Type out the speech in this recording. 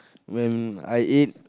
when I ate